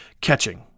catching